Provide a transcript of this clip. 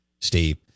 Steve